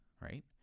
Right